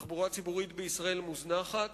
התחבורה הציבורית בישראל מוזנחת.